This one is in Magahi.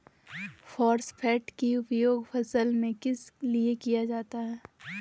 फॉस्फेट की उपयोग फसल में किस लिए किया जाता है?